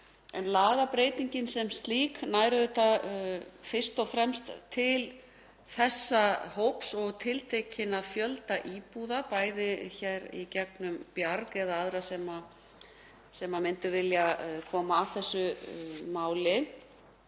Lagabreytingin sem slík nær fyrst og fremst til þessa hóps og tiltekins fjölda íbúða, bæði í gegnum Bjarg eða aðra sem myndu vilja koma að þessu máli,